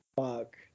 Fuck